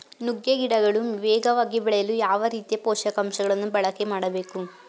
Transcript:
ನುಗ್ಗೆ ಗಿಡಗಳು ವೇಗವಾಗಿ ಬೆಳೆಯಲು ಯಾವ ರೀತಿಯ ಪೋಷಕಾಂಶಗಳನ್ನು ಬಳಕೆ ಮಾಡಬೇಕು?